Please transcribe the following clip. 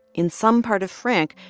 in some part of frank,